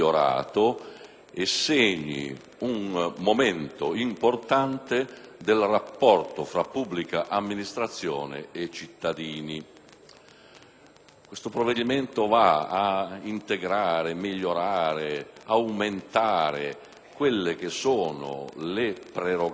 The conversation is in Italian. e segni un momento importante del rapporto tra pubblica amministrazione e cittadini. Il provvedimento va ad integrare, migliorare ed aumentare le prerogative